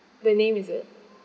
the name is it